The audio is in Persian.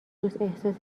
احساس